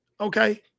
Okay